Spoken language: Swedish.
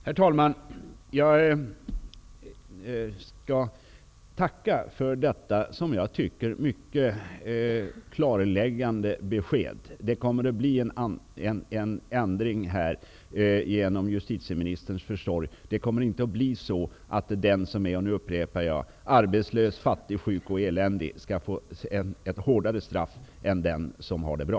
Herr talman! Jag tackar för detta mycket klarläggande besked. Det kommer att bli en ändring här, genom justitieministerns försorg. Det blir inte så att den som är arbetslös, fattig, sjuk och eländig får ett hårdare straff än den som har det bra.